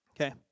Okay